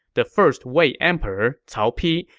the first wei emperor, cao pi,